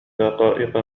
دقائق